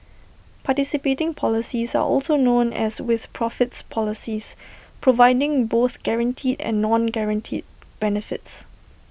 participating policies are also known as 'with profits' policies providing both guaranteed and non guaranteed benefits